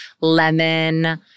lemon